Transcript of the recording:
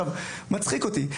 זה מצחיק אותי,